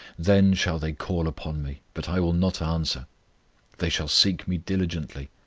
then shall they call upon me, but i will not answer they shall seek me diligently,